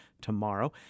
tomorrow